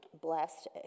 blessed